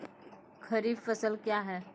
खरीफ फसल क्या हैं?